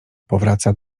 powraca